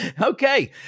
Okay